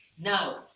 now